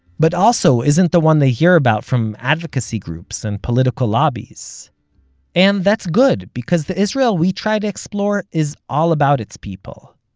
but also isn't the one they hear about from advocacy groups and political lobbies and that's good, because the israel we try to explore is all about its people.